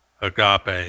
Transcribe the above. agape